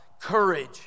courage